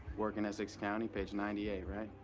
work in essex county, page ninety eight, right?